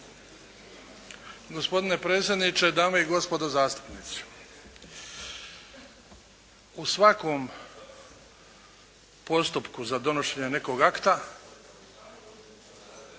Gospodine predsjedniče, dame i gospodo zastupnici. U svakom postupku za donošenje nekog akta